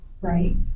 right